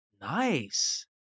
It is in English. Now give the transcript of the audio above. Nice